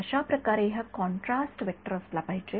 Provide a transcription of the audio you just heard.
अशाप्रकारे हा contrast vector असला पाहिजे